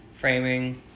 Framing